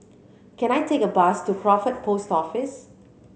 can I take a bus to Crawford Post Office